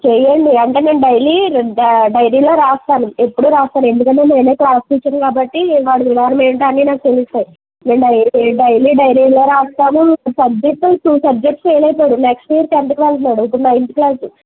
చెయ్యండి అంటే నేను డైలీ డా డైరీలో రాస్తాను ఎప్పుడూ రాస్తాను ఎందుకంటే నేనే క్లాస్ టీచర్ని కాబట్టీ వాడి విధానం ఏంటో అన్ని నాకు తెలుస్తాయి నేను డై డైలీ డైరీలో రాస్తాను సబ్జెక్టు టూ సబ్జెక్ట్సు ఫెయిలు అయిపోయాడు నెక్స్ట్ ఇయర్ టెన్త్కి వెళ్తున్నాడు ఇప్పుడు నైన్త్ క్లాసు